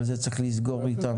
אבל את זה צריך לסגור איתם.